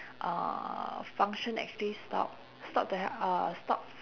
uh function actually stop stop to help uh stop